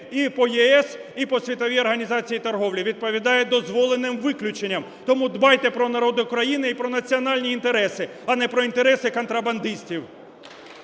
і по ЄС, і по Світовій організації торгівлі, відповідає дозволеним виключенням. Тому дбайте про народ України і про національні інтереси, а не про інтереси контрабандистів.